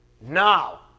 now